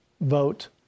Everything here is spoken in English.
vote